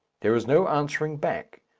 there is no answering back.